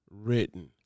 written